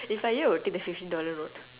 if I were you I will take fifty dollar note